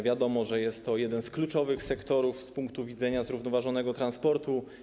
Wiadomo, że jest to jeden z kluczowych sektorów z punktu widzenia zrównoważonego transportu.